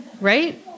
right